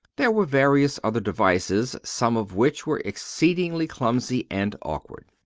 there were various other devices, some of which were exceedingly clumsy and awkward.